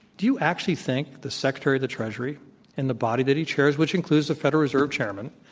do you actually think the secretary of the treasury and the body that he chairs, which includes the federal reserve chairman,